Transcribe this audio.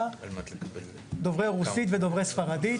דוברי רוסית ודוברי ספרדית,